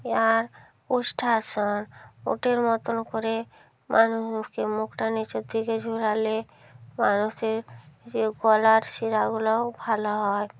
আর উষ্ঠাসন উটের মতোন করে মানুষ উল্টে মুখটা নিচের দিকে ঝোলালে মানুষের যে গলার শিরাগুলোও ভালো হয়